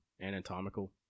anatomical